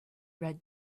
read